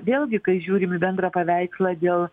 vėlgi kai žiūrim į bendrą paveikslą dėl